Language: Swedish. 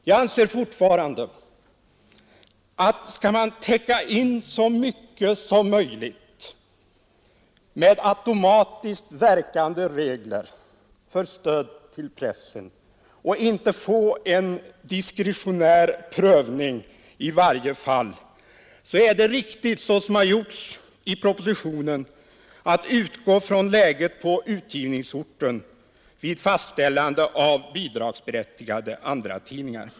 Jag anser fortfarande, att om man skall täcka in så mycket som möjligt med automatiskt verkande regler för stöd till pressen och inte få en diskretionär prövning i varje fall, så är det riktigt som gjorts i propositionen att utgå från läget på utgivningsorten vid fastställande av bidragsberättigade andratidningar.